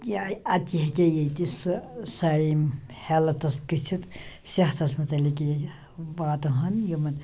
یا اَتی ہیٚکہٕ ییٚتِس سَہ یِم ہیٚلتھَس گٔژھِتھ صحتَس متعلق یہِ واتہٕ ہَن یِمَن